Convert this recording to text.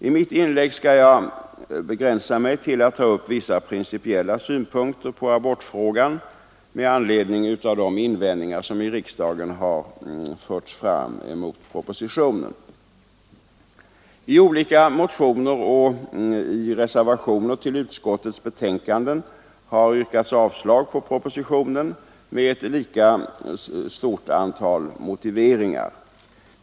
I mitt inlägg skall jag begränsa mig till att ta upp vissa principiella synpunkter på abortfrågan med anledning av de invändningar som i riksdagen har förts fram mot propositionen. I olika motioner och i reservationer till utskottets betänkande har yrkats avslag på propositionen med ett stort antal motiveringar.